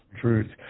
truth